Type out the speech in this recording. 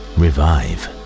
revive